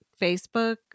Facebook